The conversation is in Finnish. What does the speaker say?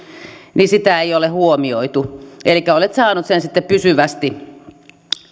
niin sitä ei ole huomioitu elikkä olet saanut sen sitten pysyvästi